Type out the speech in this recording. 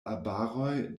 arbaroj